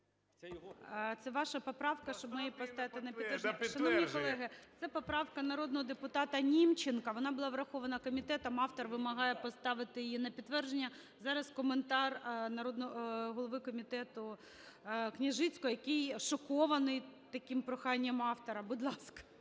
Це ваша поправка, щоб ми її поставили на підтвердження… Шановні колеги, це поправка народного депутата Німченка. Вона була врахована комітетом, автор вимагає поставити її на підтвердження. Зараз коментар голови комітету Княжицького, який шокований таким проханням автора. Будь ласка.